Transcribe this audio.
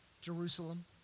Jerusalem